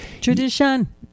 Tradition